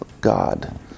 God